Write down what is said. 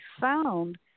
found